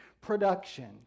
production